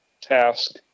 task